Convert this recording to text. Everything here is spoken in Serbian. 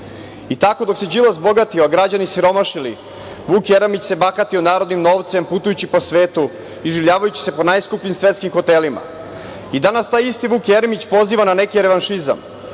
Tako, dok se Đilas bogatio, a građani siromašili, Vuk Jeremić se bahatio narodnim novcem putujući po svetu, iživljavajući se po najskupljim svetskim hotelima. Danas taj isti Vuk Jeremić poziva na neke revanšizam.